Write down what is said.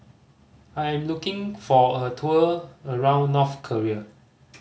I am looking for a tour around North Korea